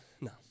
No